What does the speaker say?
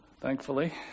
Thankfully